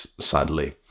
sadly